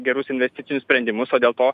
gerus investicinius sprendimus o dėl to